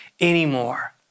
anymore